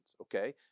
Okay